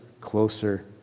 closer